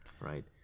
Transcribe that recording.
right